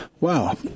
wow